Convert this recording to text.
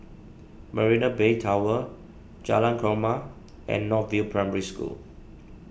Marina Bay Tower Jalan Korma and North View Primary School